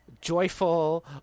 joyful